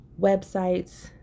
websites